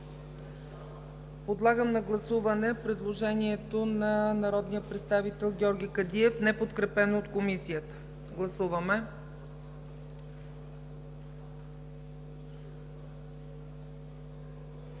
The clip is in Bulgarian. Подлагам на гласуване предложението на народния представител Георги Кадиев, неподкрепено от Комисията. Гласували